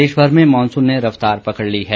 प्रदेशमर में मॉनसून ने रफ्तार पकड़ ली है